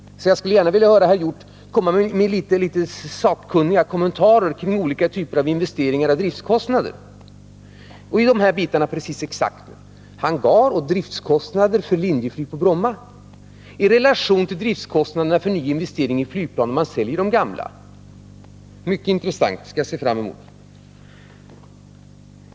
Jag skulle gärna vilja höra herr Hjorth göra några sakkunniga kommentarer till dessa olika typer av investeringar och driftkostnader. Ta upp exakt de här bitarna: Hangar och driftkostnader för Linjeflyg på Bromma i relation till driftkostnaderna för nyinvestering i flygplan om man säljer de gamla. Det skall bli mycket intressant. Det ser jag fram emot!